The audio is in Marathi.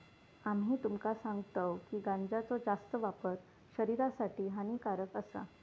आम्ही तुमका सांगतव की गांजाचो जास्त वापर शरीरासाठी हानिकारक आसा